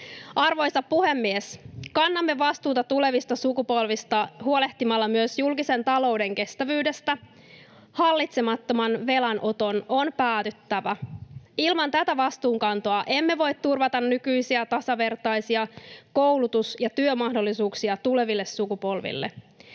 Arvoisa puhemies! Kannamme vastuuta tulevista sukupolvista huolehtimalla myös julkisen talouden kestävyydestä. Hallitsemattoman velanoton on päätyttävä. Ilman tätä vastuunkantoa emme voi turvata nykyisiä tasavertaisia koulutus- ja työmahdollisuuksia tuleville sukupolville.